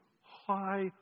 high